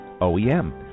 OEM